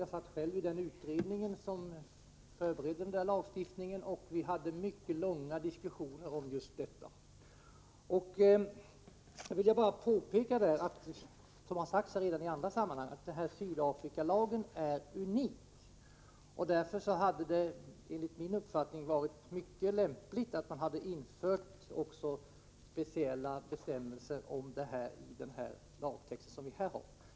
Jag satt själv med i den utredning som förberedde lagstiftningen, och vi hade mycket långa diskussioner om just detta. Det har sagts i andra sammanhang, och jag vill påpeka att Sydafrikalagen är unik. Därför hade det enligt min uppfattning varit mycket lämpligt att i denna lagtext också införa speciella bestämmelser om teknikexporten.